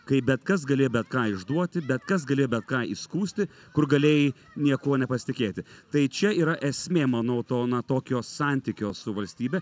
kai bet kas galėjo bet ką išduoti bet kas galėjo bet ką įskųsti kur galėjai niekuo nepasitikėti tai čia yra esmė manau to na tokio santykio su valstybe